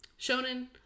shonen